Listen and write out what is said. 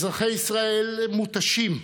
אזרחי ישראל מותשים,